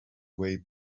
way